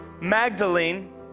Magdalene